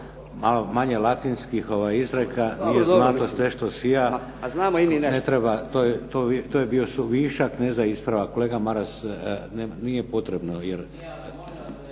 malo manje latinskih izreka. Nije zlato sve što sija. To je bio suvišak. Kolega Maras nije potrebno.